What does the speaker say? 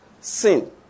sin